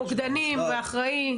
מוקדנים ואחראי.